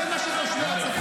זה מה שתושבי הצפון צריכים.